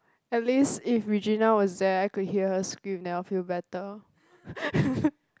at least if Regina was there I could hear her scream then I will feel better